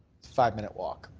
five minute walk.